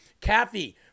Kathy